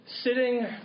sitting